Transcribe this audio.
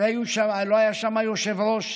לא היה שם יושב-ראש.